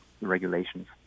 regulations